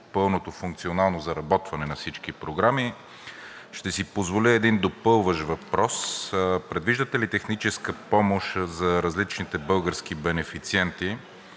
пълното функционално заработване на всички програми? Ще си позволя един допълващ въпрос. Предвиждате ли техническа помощ за различните български бенефициенти,